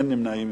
אין נמנעים.